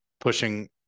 pushing